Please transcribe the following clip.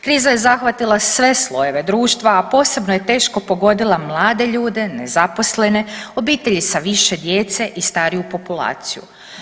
Kriza je zahvatila sve slojeve društva, a posebno je teško pogodila mlade ljude, nezaposlene, obitelji sa više djece i stariju populaciju.